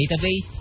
database